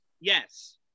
Yes